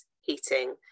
heating